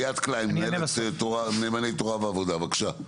ליאת קלין מנהלת נאמני תורה ועבודה בבקשה,